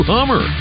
Hummer